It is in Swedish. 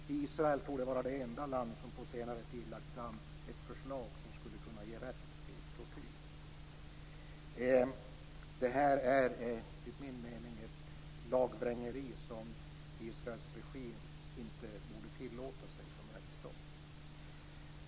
Israel torde vara det enda land som på senare tid lagt fram ett förslag som skulle kunna ge rätt till tortyr. Det här är enligt min mening ett lagvrängeri som Israels regim inte borde tillåta sig som ledare för en rättsstat.